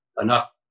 enough